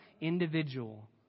individual